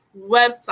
website